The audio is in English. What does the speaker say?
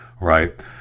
right